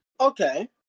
okay